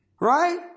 Right